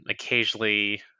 occasionally